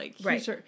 Right